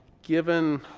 given